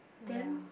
ya